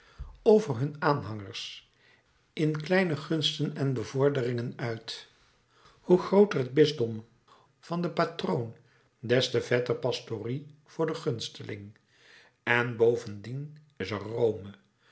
over hun aanhangers in kleine gunsten en bevorderingen uit hoe grooter het bisdom van den patroon des te vetter pastorie voor den gunsteling en bovendien is er rome